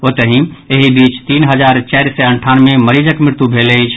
ओतहि एहि बीच तीन हजार चारि सय अंठानवे मरीजक मृत्यू भेल अछि